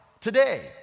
today